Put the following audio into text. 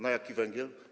Na jaki węgiel?